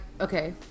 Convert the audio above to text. okay